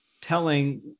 telling